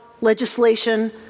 legislation